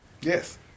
yes